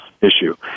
issue